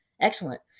Excellent